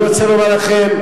אני רוצה לומר לכם,